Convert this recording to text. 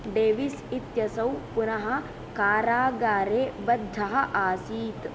Davis इत्यसौ पुनः कारागारे बद्धः आसीत्